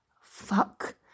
fuck